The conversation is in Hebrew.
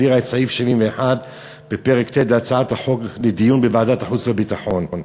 העבירה את סעיף 71 בפרק ט' להצעת החוק לדיון בוועדת החוץ והביטחון.